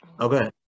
Okay